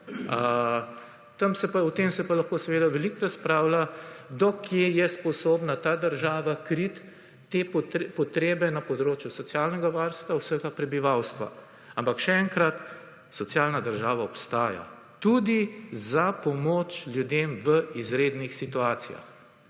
O tem se pa lahko seveda veliko razpravlja, do kje je sposobna ta država kriti te potrebe na področju socialnega varstva vsega prebivalstva. Ampak še enkrat, socialna država obstaja tudi za pomoč ljudem v izrednih situacijah.